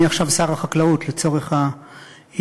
אני עכשיו שר החקלאות, לצורך העניין.